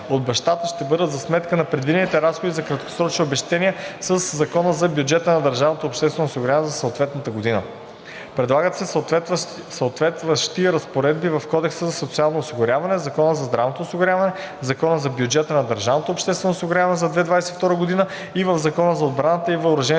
от бащата ще бъде за сметка на предвидените разходи за краткосрочни обезщетения със Закона за бюджета на държавното обществено осигуряване за съответната година. Предлагат се съответстващи разпоредби в Кодекса за социално осигуряване, Закона за здравното осигуряване, Закона за бюджета на държавното обществено осигуряване за 2022 г. и в Закона за отбраната и въоръжените